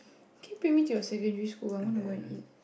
can you bring me to your secondary school I want to go and eat